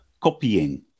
copying